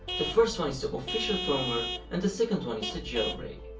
the first one is the official firmware and the second one is the jailbreak.